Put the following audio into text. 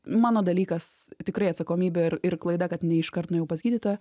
mano dalykas tikrai atsakomybė ir ir klaida kad ne iškart nuėjau pas gydytoją